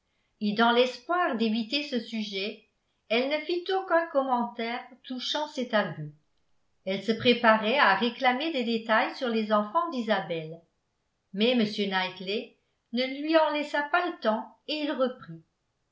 et dans l'espoir d'éviter ce sujet elle ne fit aucun commentaire touchant cet aveu elle se préparait à réclamer des détails sur les enfants d'isabelle mais m knightley ne lui en laissa pas le temps et il reprit